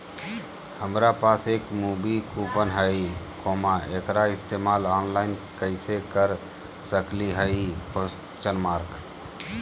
हमरा पास एक मूवी कूपन हई, एकरा इस्तेमाल ऑनलाइन कैसे कर सकली हई?